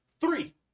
Three